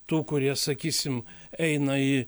tų kurie sakysim eina į